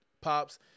pops